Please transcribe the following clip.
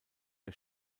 der